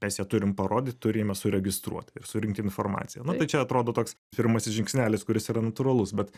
mes ją turim parodyti turime suregistruot ir surinkt informaciją nu tai čia atrodo toks pirmasis žingsnelis kuris yra natūralus bet